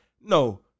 No